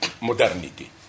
modernity